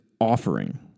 offering